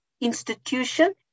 institution